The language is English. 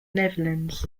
netherlands